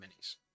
minis